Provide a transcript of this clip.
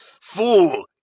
Fool